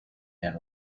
man